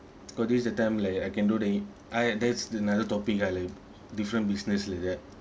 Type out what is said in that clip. cause this is the time like I can do the I had that's another topic ah like different business like that